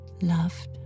loved